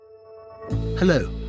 Hello